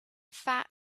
fat